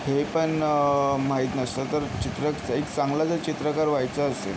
हे पण माहीत नसतं तर चित्र एक चांगला जर चित्रकार व्हायचं असेल